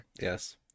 Yes